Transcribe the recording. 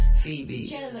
Phoebe